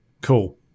cool